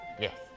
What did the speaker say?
Yes